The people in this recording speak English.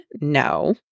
No